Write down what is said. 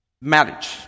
marriage